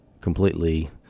completely